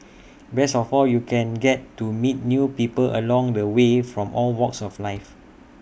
best of all you can get to meet new people along the way from all walks of life